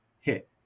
HIT